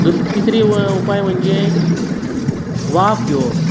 दूस तिसरी उपाय म्हणजे वाफ घेवप